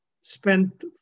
spent